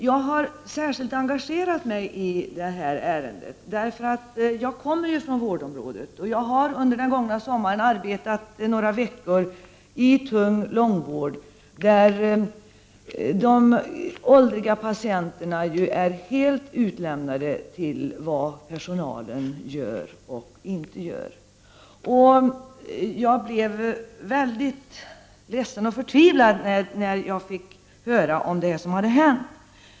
Jag har särskilt engagerat mig i det här ärendet, därför att jag kommer från vårdområdet, och under den gångna sommaren har jag arbetat några veckor i tung långvård, där de åldriga patienterna ju är helt utlämnade till vad personalen gör och inte gör. Jag blev väldigt ledsen och förtvivlad när jag fick höra om det som hade hänt.